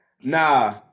Nah